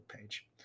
page